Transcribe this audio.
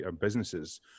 businesses